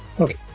Okay